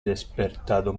despertado